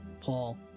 Paul